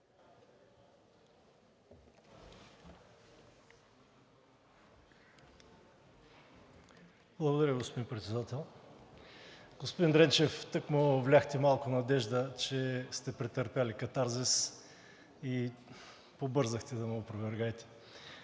Благодаря, господин Председател. Господин Дренчев, тъкмо вляхте малко надежда, че сте претърпели катарзис, и побързахте да ме опровергаете.